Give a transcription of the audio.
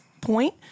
point